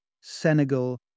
Senegal